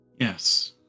yes